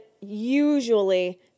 usually